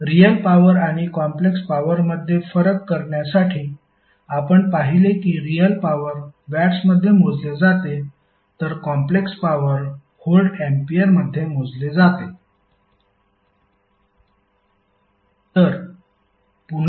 real power आणि complex पॉवरमध्ये फरक करण्यासाठी आपण पाहिले की रियल पॉवर वॅट्समध्ये मोजले जाते तर कॉम्प्लेक्स पॉवर व्होल्ट अँपिअर मध्ये मोजले जाते